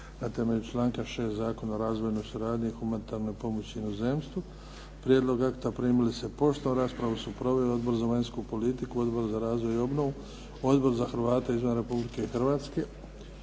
članka 6. o razvojnoj suradnji i humanitarnoj pomoći inozemstvu. Prijedlog akata primili ste poštom. Raspravu su proveli Odbor za vanjsku politiku, Odbor za razvoj i obnovu, Odbor za Hrvate izvan Republike Hrvatske.